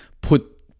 put